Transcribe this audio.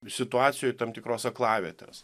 situacijoj tam tikros aklavietės